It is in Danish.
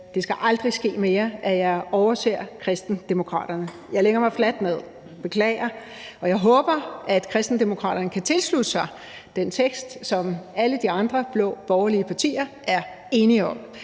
det skal aldrig ske mere, at jeg overser Kristendemokraterne. Jeg lægger mig fladt ned og beklager, og jeg håber, at Kristendemokraterne kan tilslutte sig den vedtagelsestekst, som alle de andre blå borgerlige partier er enige om.